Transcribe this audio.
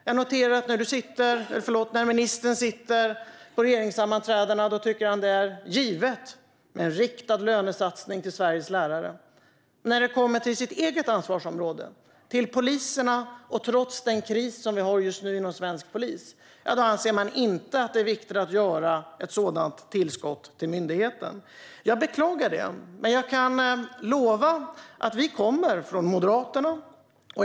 Jag noterar att när ministern sitter på regeringssammanträden tycker han att det är givet med en riktad lönesatsning till Sveriges lärare. Men när det kommer till hans eget ansvarsområde och till poliserna, och trots den kris vi just nu har inom svensk polis, anser han inte att det är viktigt att göra ett sådant tillskott till myndigheten. Jag beklagar det. Jag kan lova att vi från Moderaterna kommer att göra det.